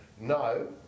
no